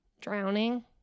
drowning